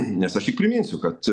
nes aš tik priminsiu kad